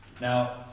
Now